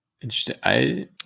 interesting